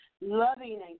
loving